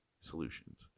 solutions